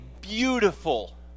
beautiful